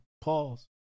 Pause